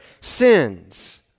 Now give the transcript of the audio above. sins